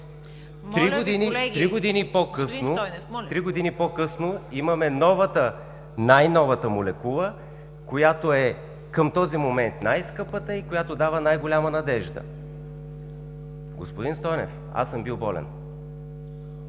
Три години по-късно имаме новата, най-новата молекула, която към този момент е най-скъпата и която дава най-голяма надежда. Господин Стойнев, аз съм бил болен.